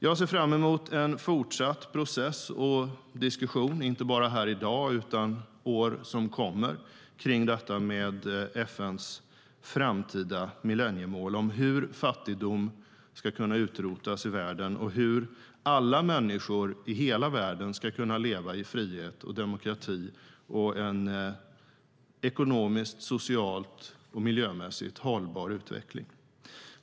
Jag ser fram emot en fortsatt process och diskussion, inte bara här i dag utan även under åren som kommer, kring FN:s framtida millenniemål om hur fattigdomen ska kunna utrotas i världen och hur alla människor i hela världen ska kunna leva i frihet, demokrati och en ekonomiskt, socialt och miljömässigt hållbar utveckling.